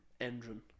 engine